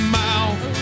mouth